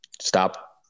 stop